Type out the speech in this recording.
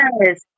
yes